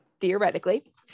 theoretically